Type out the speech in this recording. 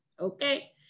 okay